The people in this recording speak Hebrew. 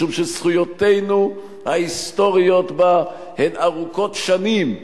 משום שזכויותינו ההיסטוריות בה הן ארוכות שנים,